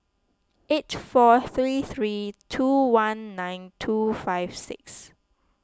eight four three three two one nine two five six